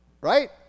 Right